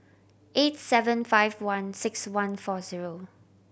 eight seven five one six one four zero